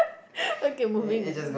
where can moving